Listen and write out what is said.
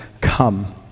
come